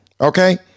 Okay